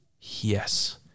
Yes